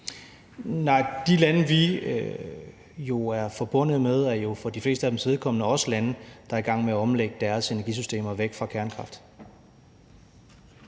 Nej, de lande, vi er forbundet med, er jo for de flestes vedkommende også lande, der er i gang med at omlægge deres energisystemer væk fra kernekraft.